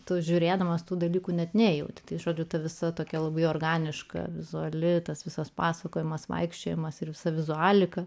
tu žiūrėdamas tų dalykų net nejautei žodžiu ta visa tokia labai organiška vizuali tas visas pasakojimas vaikščiojimas ir visa vizualika